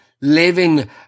living